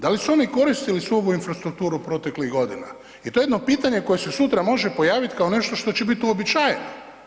Da li su oni koristili svu ovu infrastrukturu proteklih godina jer to je jedno pitanje koje se sutra može pojaviti kao nešto što će biti uobičajeno.